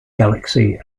galaxy